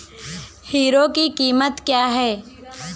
Hero की कीमत क्या है?